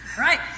Right